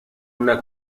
una